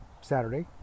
saturday